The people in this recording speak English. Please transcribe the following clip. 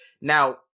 now